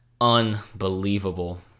unbelievable